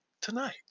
tonight